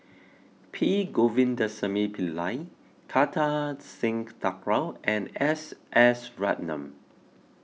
P Govindasamy Pillai Kartar Singh Thakral and S S Ratnam